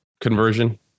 conversion